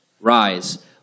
Rise